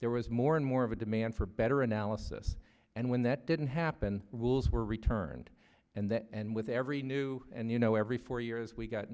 there was more and more of a demand for better analysis and when that didn't happen rules were returned and with every new and you know every four years we got